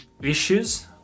issues